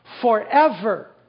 forever